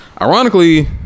ironically